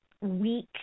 weak